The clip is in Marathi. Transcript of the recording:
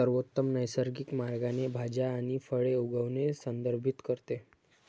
सर्वोत्तम नैसर्गिक मार्गाने भाज्या आणि फळे उगवणे संदर्भित करते